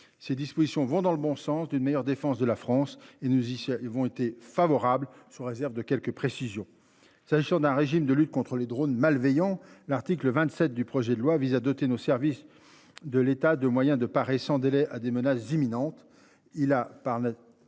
ces dispositions vont dans le bon sens d'une meilleure défense de la France et nous ici ils vont été favorable sous réserve de quelques précisions s'agir d'un régime de lutte contre les drone malveillants. L'article 27 du projet de loi vise à doter nos services de l'État de moyen de parer sans délai à des menaces imminentes. Il a par là.